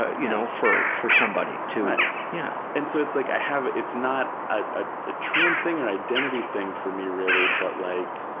ah you know, for for somebody to yeah. and so it's like, ah it's not a trans thing or identity thing for me, really, but like